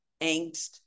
angst